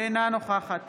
אינה נוכחת